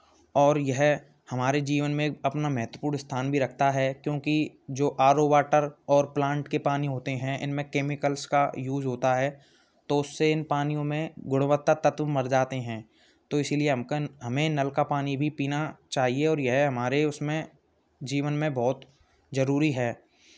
और यह हमारे जीवन में अपना महत्वपूर्ण स्थान भी रखता है क्योंकि जो आर ओ वाटर और प्लांट के पानी होते हैं इनमें केमिकल्स का यूज़ होता है तो उससे इन पानियों में गुणवत्ता तत्व मर जाते हैं तो इसीलिए हम कन हमें नल का पानी भी पीना चाहिए और ये हमारे उसमें जीवन में बहुत ज़रूरी है